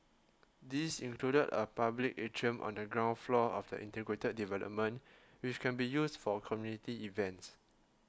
these included a public atrium on the ground floor of the integrated development which can be used for community events